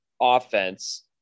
offense